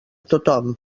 tothom